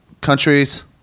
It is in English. countries